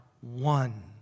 one